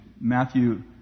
Matthew